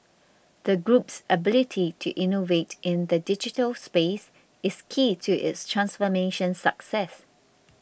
the group's ability to innovate in the digital space is key to its transformation success